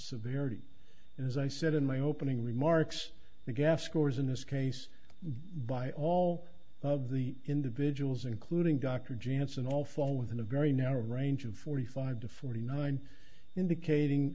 and as i said in my opening remarks the gaffe scores in this case by all of the individuals including dr jansen all fall within a very narrow range of forty five to forty nine indicating